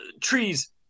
Trees